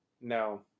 No